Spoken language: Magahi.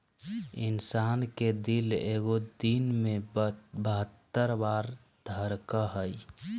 इंसान के दिल एगो दिन मे बहत्तर बार धरकय हइ